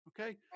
Okay